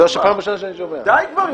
די כבר.